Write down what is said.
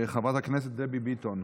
חברת הכנסת דבי ביטון.